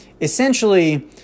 essentially